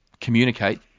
communicate